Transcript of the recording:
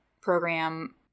program